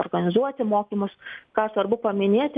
organizuoti mokymus ką svarbu paminėti